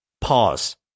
Pause